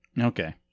Okay